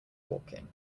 walking